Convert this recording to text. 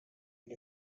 and